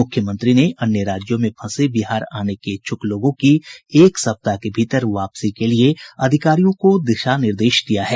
मुख्यमंत्री ने अन्य राज्यों में फंसे बिहार आने के इच्छुक लोगों की एक सप्ताह के भीतर वापसी के लिए अधिकारियों को दिशा निर्देश दिया है